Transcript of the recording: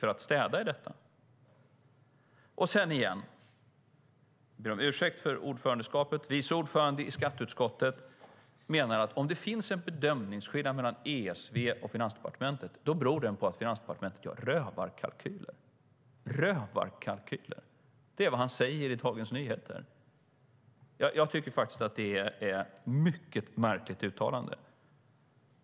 Jag ber om ursäkt för att jag kallade Leif Jakobsson för ordförande i skatteutskottet. Vice ordförande i skatteutskottet menar att om det finns en bedömningsskillnad mellan ESV och Finansdepartementet beror den på att Finansdepartementet gör "rövarkalkyler". Det är vad han säger i Dagens Nyheter. Jag tycker faktiskt att det är ett mycket märkligt uttalande.